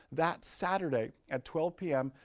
that's saturday, at twelve p m.